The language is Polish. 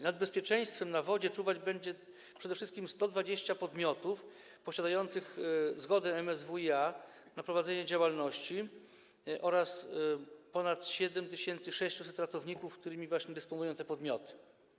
Nad bezpieczeństwem na wodzie czuwać będzie przede wszystkim 120 podmiotów posiadających zgodę MSWiA na prowadzenie działalności oraz ponad 7600 ratowników, którymi dysponują te podmioty.